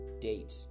date